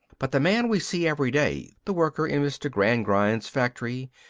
but the man we see every day the worker in mr. gradgrind's factory,